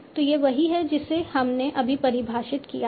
तो यह वही है जिसे हमने अभी परिभाषित किया है